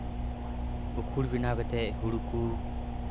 ᱩᱠᱷᱩᱲ ᱵᱮᱱᱟᱣ ᱠᱟᱛᱮᱫ ᱦᱩᱲᱩ ᱠᱚ